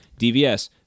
DVS